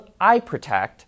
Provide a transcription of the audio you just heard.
iProtect